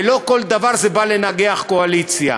ולא כל דבר בא לנגח את הקואליציה.